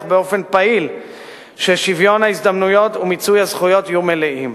באופן פעיל ששוויון ההזדמנויות ומיצוי הזכויות יהיו מלאים.